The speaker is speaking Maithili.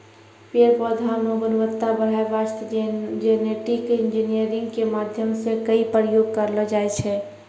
पेड़ पौधा मॅ गुणवत्ता बढ़ाय वास्तॅ जेनेटिक इंजीनियरिंग के माध्यम सॅ कई प्रयोग करलो जाय छै